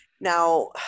now